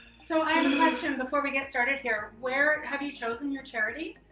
so i have a question before we get started here. where, have you chosen your charity?